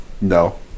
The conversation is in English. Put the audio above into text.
No